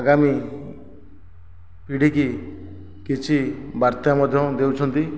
ଆଗାମି ପିଢିକି କିଛି ବାର୍ତ୍ତା ମଧ୍ୟ ଦେଉଛନ୍ତି